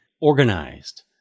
organized